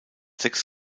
sechs